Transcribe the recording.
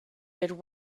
good